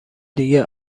دیگه